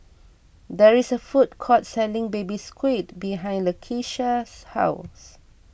there is a food court selling Baby Squid behind Lakeisha's house